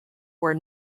were